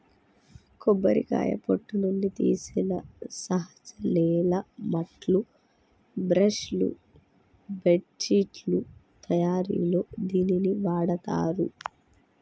కొబ్బరికాయ పొట్టు నుండి తీసిన సహజ నేల మాట్లు, బ్రష్ లు, బెడ్శిట్లు తయారిలో దీనిని వాడతారు